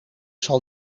zal